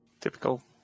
Typical